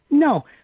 No